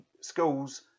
schools